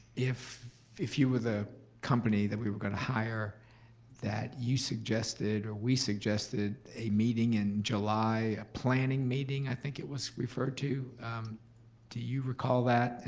if if you were the company that we were going to hire that you suggested or we suggested a meeting in july, a planning meeting, i think it was referred to do you recall that?